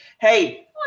hey